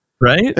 Right